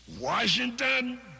Washington